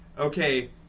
okay